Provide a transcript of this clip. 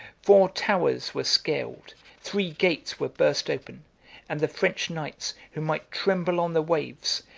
four towers were scaled three gates were burst open and the french knights, who might tremble on the waves,